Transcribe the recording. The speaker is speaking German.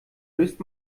löst